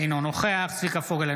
אינו נוכח צביקה פוגל,